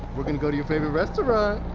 we're gonna go to your favorite restaurant!